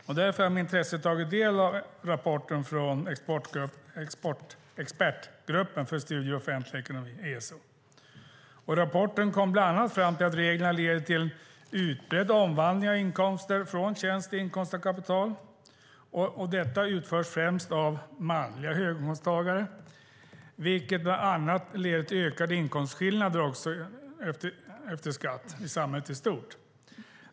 Jag har med intresse tagit del av rapporten från Expertgruppen för studier i offentlig ekonomi, ESO. Enligt rapporten kom man bland annat fram till att reglerna leder till utbredd omvandling av inkomster från tjänst till inkomster av kapital. Detta utförs främst av manliga höginkomsttagare, vilket bland annat leder till ökade inkomstskillnader efter skatt i samhället i stort.